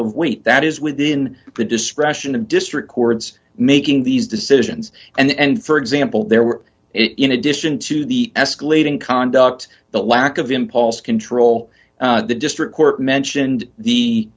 of weight that is within the discretion of district cords making these decisions and for example there were in addition to the escalating conduct the lack of impulse control the district court mentioned the